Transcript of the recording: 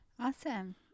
Awesome